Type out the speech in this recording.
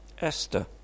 Esther